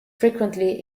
frequently